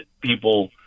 people